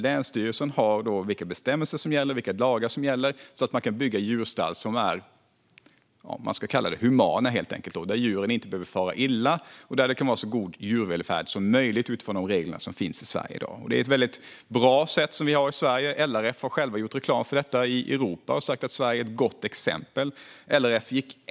Länsstyrelsen har då information om vilka bestämmelser och lagar som gäller, så att man kan bygga djurstallar som är så kallat humana och där djuren inte behöver fara illa. Djurvälfärden ska vara så god som möjligt utifrån de regler som finns i Sverige i dag. Det är ett väldigt bra sätt vi har i Sverige. LRF har gjort reklam för detta i Europa och sagt att Sverige är ett gott exempel.